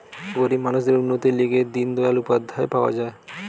গরিব মানুষদের উন্নতির লিগে দিন দয়াল উপাধ্যায় পাওয়া যায়